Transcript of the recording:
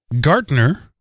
Gartner